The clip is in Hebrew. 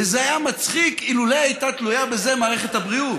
וזה היה מצחיק אילולא הייתה תלויה בזה מערכת הבריאות,